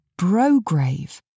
Brograve